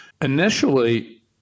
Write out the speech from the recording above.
Initially